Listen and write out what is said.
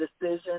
decision